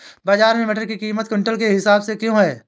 बाजार में मटर की कीमत क्विंटल के हिसाब से क्यो है?